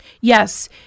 Yes